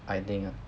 I think ah